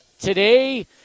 today